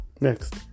Next